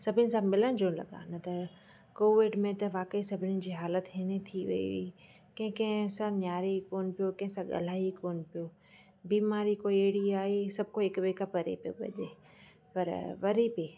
सभिनि सां मिलणु झुलणु लॻा न त कोविड में त वाक़ई सभिनीनि जी हालत हीणी थी वई हुई की कंहिं असां निहारे ई कोन पियो कंहिं सां ॻाल्हाए कोन पियो बीमारी कोई अहिड़ी आई सभु को हिकु ॿिए खां परे पियो भॼे पर वरी बि